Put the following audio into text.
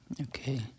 Okay